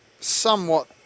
somewhat